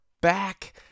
back